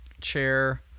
chair